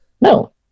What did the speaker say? No